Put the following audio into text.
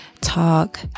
talk